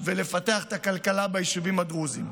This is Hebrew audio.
ולפתח כלכלה ביישובים הדרוזיים.